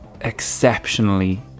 exceptionally